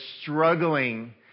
struggling